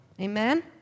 Amen